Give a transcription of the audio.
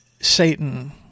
Satan